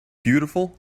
beautiful